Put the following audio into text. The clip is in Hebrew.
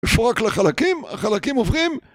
מפורק לחלקים, החלקים עוברים